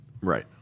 right